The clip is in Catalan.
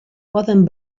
poden